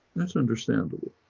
that's understandable.